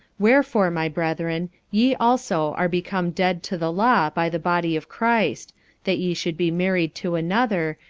wherefore, my brethren, ye also are become dead to the law by the body of christ that ye should be married to another,